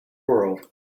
world